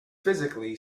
physically